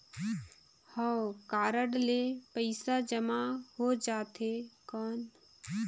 हव कारड ले पइसा जमा हो जाथे कौन?